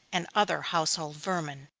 and other household vermin.